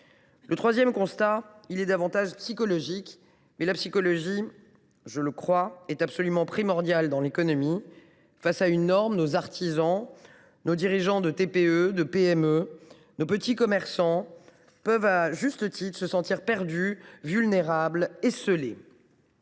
Le troisième constat est davantage psychologique, mais la psychologie, je le crois, est absolument primordiale en économie. Face à une norme, nos artisans, nos dirigeants de TPE ou de PME, nos petits commerçants peuvent à juste titre se sentir perdus, vulnérables, esseulés.